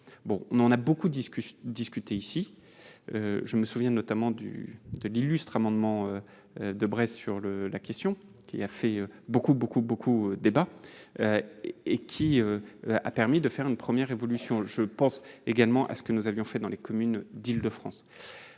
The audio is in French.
déjà beaucoup discuté ici ? Je me souviens notamment de l'illustre amendement Daubresse sur la question, qui a fait beaucoup débat, et qui a permis de faire une première évolution. Je pense également à ce que nous avions fait dans les communes d'Île-de-France.